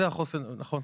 נכון.